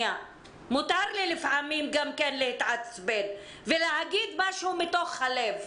מותר לי לפעמים גם כן להתעצבן ולהגיד משהו מתוך הלב.